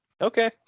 Okay